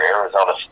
Arizona